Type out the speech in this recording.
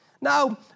Now